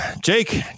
Jake